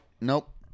Nope